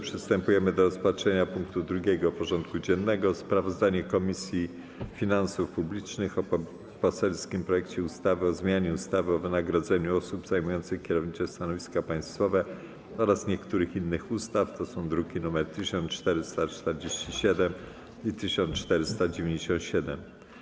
Przystępujemy do rozpatrzenia punktu 2. porządku dziennego: Sprawozdanie Komisji Finansów Publicznych o poselskim projekcie ustawy o zmianie ustawy o wynagrodzeniu osób zajmujących kierownicze stanowiska państwowe oraz niektórych innych ustaw (druki nr 1447 i 1497)